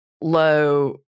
low